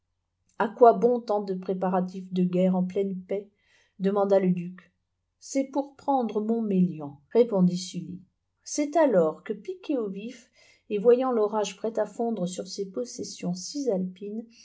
a quoi bon tant de préparatifs de guerre en pleine paix demanda le duc c'est pour prendre montmélian répondit sully c'est alors que piqué au vif et voyant l'orage prêt à fondre sur ses possessions cisalpines